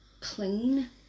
clean